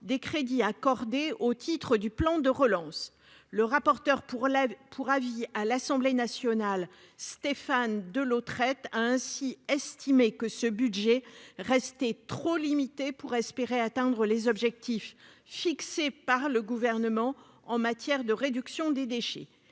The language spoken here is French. des crédits accordés au titre du plan de relance. Le rapporteur pour avis à l'Assemblée nationale, Stéphane Delautrette, a ainsi estimé que ce budget restait trop limité pour espérer atteindre les objectifs fixés par le Gouvernement en matière de réduction des déchets.